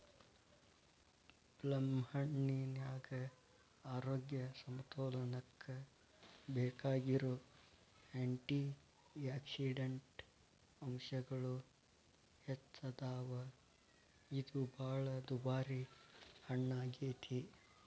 ಪ್ಲಮ್ಹಣ್ಣಿನ್ಯಾಗ ಆರೋಗ್ಯ ಸಮತೋಲನಕ್ಕ ಬೇಕಾಗಿರೋ ಆ್ಯಂಟಿಯಾಕ್ಸಿಡಂಟ್ ಅಂಶಗಳು ಹೆಚ್ಚದಾವ, ಇದು ಬಾಳ ದುಬಾರಿ ಹಣ್ಣಾಗೇತಿ